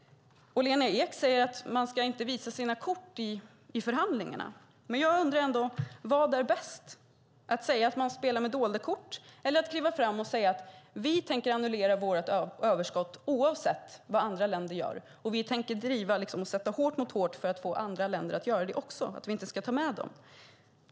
Lena Ek säger att man inte ska visa sina kort i förhandlingarna. Jag undrar ändå: Vad är bäst - att säga att vi spelar med dolda kort eller att kliva fram och säga att vi tänker annullera vårt överskott oavsett vad andra länder gör och att vi tänker sätta hårt mot hårt för att få andra länder att göra det också så att man inte tar med dem?